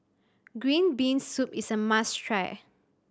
green bean soup is a must try